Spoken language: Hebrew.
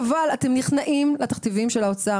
חבל, אתם נכנעים לתכתיבים של האוצר.